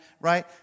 right